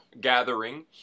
gathering